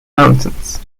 mountains